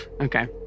Okay